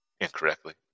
incorrectly